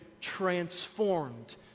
transformed